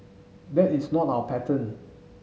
that is not our pattern